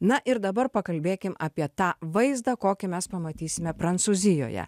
na ir dabar pakalbėkim apie tą vaizdą kokį mes pamatysime prancūzijoje